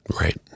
Right